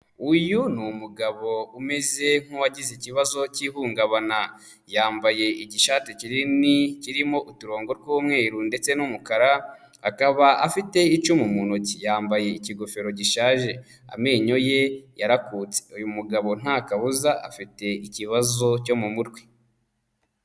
Uyu ni umugabo umeze nk'uwagize ikibazo cy'ihungabana, yambaye igishati kinini kirimo uturongo tw'umweru ndetse n'umukara akaba afite icumu mu ntoki, yambaye ikigofero gishaje amenyo ye yarakutse, uyu mugabo nta kabuza afite ikibazo cyo mu mutwe.